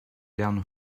down